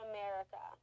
America